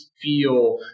feel